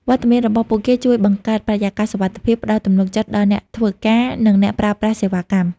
វត្តមានរបស់ពួកគេជួយបង្កើតបរិយាកាសសុវត្ថិភាព ផ្ដល់ទំនុកចិត្តដល់អ្នកធ្វើការ និងអ្នកប្រើប្រាស់សេវាកម្ម។